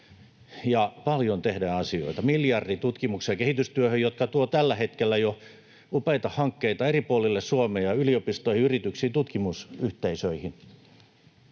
paljon tehdään asioita, miljardi tutkimukseen ja kehitystyöhön, jotka tuovat tällä hetkellä jo upeita hankkeita eri puolille Suomea, yliopistoihin, yrityksiin, tutkimusyhteisöihin.